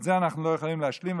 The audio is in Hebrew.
עם זה אנחנו לא יכולים להשלים.